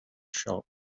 shop